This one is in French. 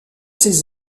ses